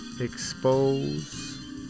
expose